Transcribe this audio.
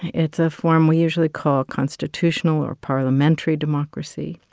it's a form we usually call constitutional or parliamentary democracy.